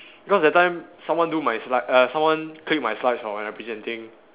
because that time someone do my slide uh someone click my slides when I was presenting